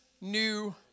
New